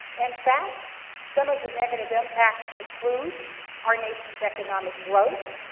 in fact some of the negative impacts include our nation's economic growth.